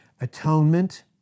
atonement